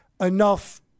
enough